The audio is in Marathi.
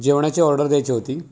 जेवणाची ऑर्डर द्यायची होती